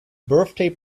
birthday